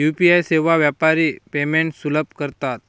UPI सेवा व्यापारी payments सुलभ करतात